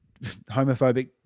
Homophobic